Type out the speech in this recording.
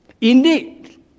Indeed